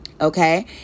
Okay